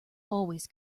always